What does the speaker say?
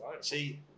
See